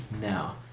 now